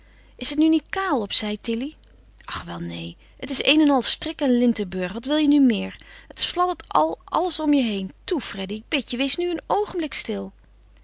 is het nu niet kaal op zij tilly och wel neen het is een en al strik en lintenburg wat wil je nu meer het fladdert al alles om je heen toe freddy ik bid je wees nu een oogenblik stil